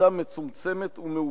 המלצה מצומצמת ומאופקת.